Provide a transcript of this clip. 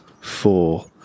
four